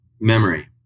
memory